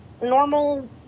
normal